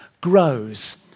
grows